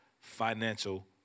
financial